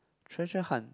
treasure hunt